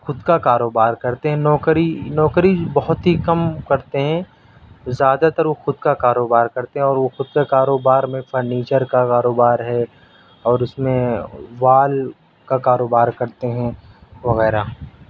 خود کا کاروبار کرتے ہیں نوکری نوکری بہت ہی کم کرتے ہیں زیادہ تر وہ خود کا کاروبار کرتے ہیں اور وہ خود کا کاروبار میں فرنیچر کا کاروبار ہے اور اس میں وال کا کاروبار کرتے ہیں وغیرہ